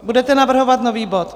Budete navrhovat nový bod.